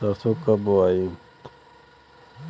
सरसो कब बोआई?